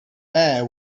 air